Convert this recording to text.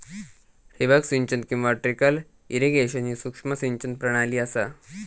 ठिबक सिंचन किंवा ट्रिकल इरिगेशन ही सूक्ष्म सिंचन प्रणाली असा